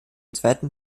zweiten